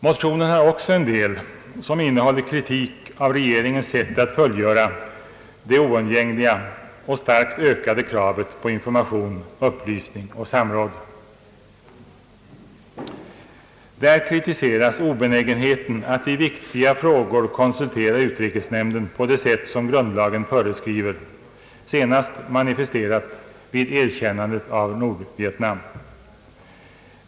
Motionen har också en del som innehåller kritik av regeringens sätt att fullgöra det oundgängliga och starkt ökade kravet på information, upplysning och samråd. Där kritiseras obenägenheten att i viktiga frågor konsultera utrikesnämnden, på det sätt som grundlagen föreskriver, senast manifesterat vid erkännandet av Nordvietnam.